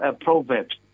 Proverbs